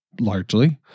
largely